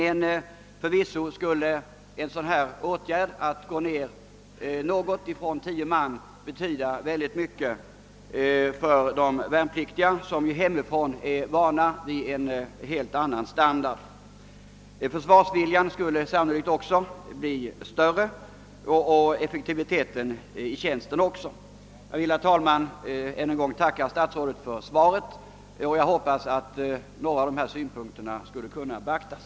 Åtgärden att gå ner något från tio mans förläggning skulle betyda oerhört mycket för de värnpliktiga, som hemifrån är vana vid en helt annan standard. Försvarsviljan skulle sannolikt därigenom bli starkare och effektiviteten i tjänsten större. Herr talman! Jag tackar än en gång statsrådet för svaret och hoppas att några av dessa synpunkter kan bli beaktade.